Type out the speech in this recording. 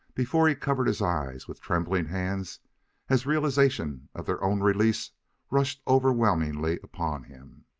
before he covered his eyes with trembling hands as realization of their own release rushed overwhelmingly upon him.